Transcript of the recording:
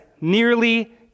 nearly